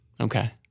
Okay